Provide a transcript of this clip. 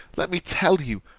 let me tell you,